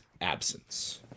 absence